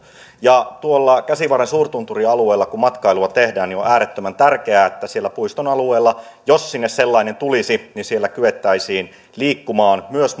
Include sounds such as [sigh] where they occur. ja kun tuolla käsivarren suurtunturialueella matkailua tehdään niin on äärettömän tärkeää että siellä puiston alueella jos sinne sellainen tulisi kyettäisiin liikkumaan myös [unintelligible]